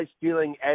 feeling